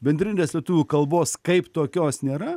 bendrinės lietuvių kalbos kaip tokios nėra